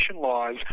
laws